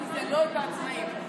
הוא לא מייצג את העצמאים.